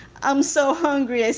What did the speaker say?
i'm so hungry, i said.